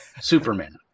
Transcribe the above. Superman